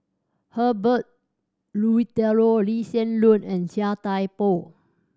Herbert Eleuterio Lee Hsien Loong and Chia Thye Poh